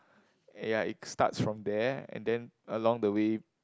eh ya it starts from there and then along the way